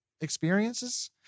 experiences